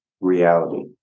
reality